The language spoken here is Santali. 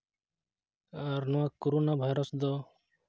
ᱟᱨ ᱱᱚᱣᱟ ᱠᱳᱨᱳᱱᱟ ᱵᱷᱟᱭᱨᱟᱥ ᱫᱚ